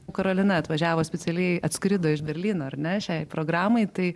karolina atvažiavo specialiai atskrido iš berlyno ar ne šiai programai tai